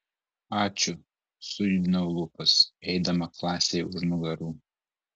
ačiū sujudinau lūpas eidama klasei už nugarų